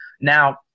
Now